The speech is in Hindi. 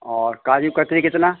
और काजू कतली कितना